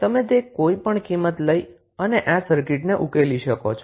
તમે તે કોઈપણ કિંમત લઈ અને આ સર્કિટ ને ઉકેલી શકો છો